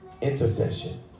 Intercession